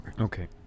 Okay